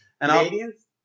Canadians